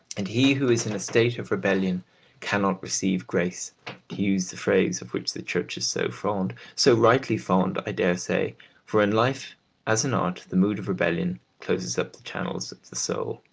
and he who is in a state of rebellion cannot receive grace, to use the phrase of which the church is so fond so rightly fond, i dare say for in life as in art the mood of rebellion closes up the channels of the soul,